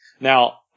Now